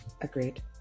Agreed